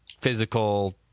physical